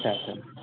अच्छा अच्छा